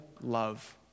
love